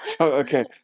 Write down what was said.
okay